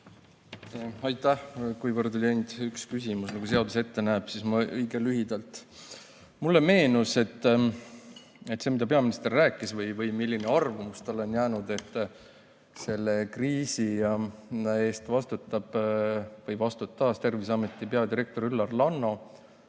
[lubatud] ainult üks küsimus, nagu seadus ette näeb, siis ma [teen] õige lühidalt. Mulle meenus [sellega seoses], mida peaminister rääkis või milline arvamus tal on jäänud, et selle kriisi eest vastutab või vastutas Terviseameti peadirektor Üllar Lanno